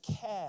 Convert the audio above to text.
care